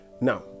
Now